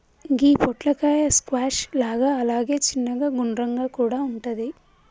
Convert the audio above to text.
గి పొట్లకాయ స్క్వాష్ లాగా అలాగే చిన్నగ గుండ్రంగా కూడా వుంటది